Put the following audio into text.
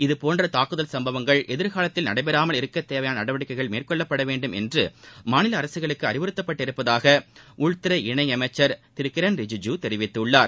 இதபோன்ற தாக்குதல் சம்பவங்கள் எதிர்காலத்தில் நடைபெறாமல் இருக்க தேவையான நடவடிக்கைகள் மேற்கொள்ளப்பட வேண்டும் என்று மாநில அரசுகளுக்கு அறிவுறத்தப்பட்டுள்ளதாக உள்துறை இணையமைச்சர் திரு கிரண் ரிஜ்ஜிஜூ தெரிவித்துள்ளார்